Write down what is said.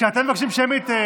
כשאתם מבקשים שמית,